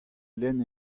lenn